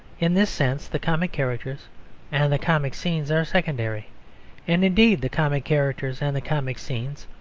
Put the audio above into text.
in this sense the comic characters and the comic scenes are secondary and indeed the comic characters and the comic scenes,